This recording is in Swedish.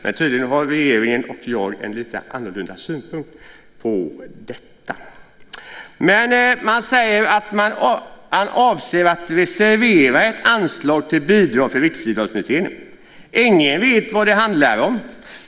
Men tydligen har regeringen och jag lite olika synpunkter på detta. Man säger att man avser att reservera ett anslag till bidrag för ett riksidrottsmuseum. Ingen vet vad det handlar om.